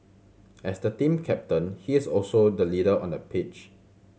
as the team captain he is also the leader on the pitch